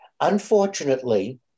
Unfortunately